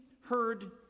heard